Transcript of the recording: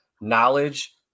knowledge